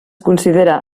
considera